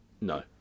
No